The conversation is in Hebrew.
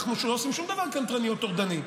אנחנו לא עושים שום דבר קנטרני או טורדני.